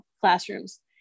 classrooms